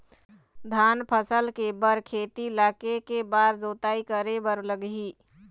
धान फसल के बर खेत ला के के बार जोताई करे बर लगही?